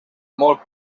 molt